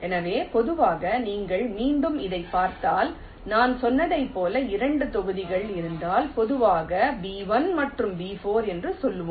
எனவே பொதுவாக நீங்கள் மீண்டும் இதைப் பார்த்தால் நான் சொன்னதைப் போல இரண்டு தொகுதிகள் இருந்தால் பொதுவாக B1 மற்றும் B4 என்று சொல்வோம்